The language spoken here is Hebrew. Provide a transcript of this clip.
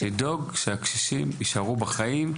והוא לדאוג שהקשישים יישארו בחיים,